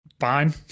fine